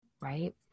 Right